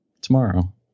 tomorrow